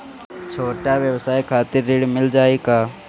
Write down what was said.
छोट ब्योसाय के खातिर ऋण मिल जाए का?